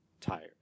tired